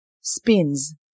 spins